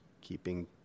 keeping